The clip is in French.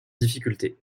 difficulté